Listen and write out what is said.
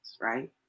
right